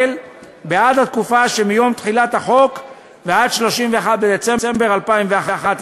את האגרה או ההיטל בעד התקופה שמיום תחילת החוק עד 31 בדצמבר 2011,